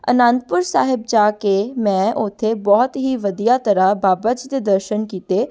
ਅਨੰਦਪੁਰ ਸਾਹਿਬ ਜਾ ਕੇ ਮੈਂ ਉੱਥੇ ਬਹੁਤ ਹੀ ਵਧੀਆ ਤਰ੍ਹਾਂ ਬਾਬਾ ਜੀ ਦੇ ਦਰਸ਼ਨ ਕੀਤੇ